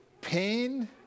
pain